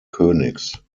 königs